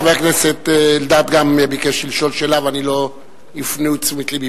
חבר הכנסת אלדד גם הוא ביקש לשאול שאלה ולא הפנו את תשומת לבי.